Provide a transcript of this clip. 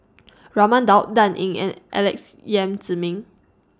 Raman Daud Dan Ying and Alex Yam Ziming